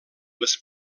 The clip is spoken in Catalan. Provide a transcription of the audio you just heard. les